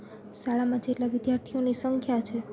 શાળામાં જેટલા વિદ્યાર્થીઓની સંખ્યા છે